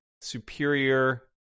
Superior